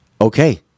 okay